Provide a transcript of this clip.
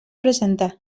presentar